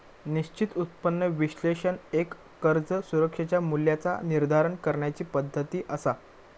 निश्चित उत्पन्न विश्लेषण एक कर्ज सुरक्षेच्या मूल्याचा निर्धारण करण्याची पद्धती असा